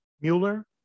Mueller